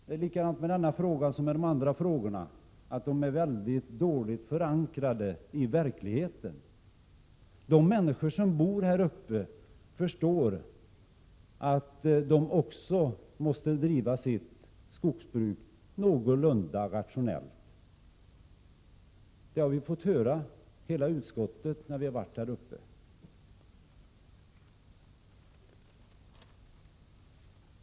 Det är likadant med denna fråga som med de andra frågorna: de är väldigt dåligt förankrade i verkligheten. De människor som bor där uppe förstår att de också måste driva sitt skogsbruk någorlunda rationellt. Det har hela utskottet fått höra när vi har varit där.